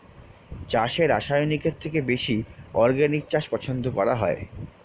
চাষে রাসায়নিকের থেকে বেশি অর্গানিক চাষ পছন্দ করা হয়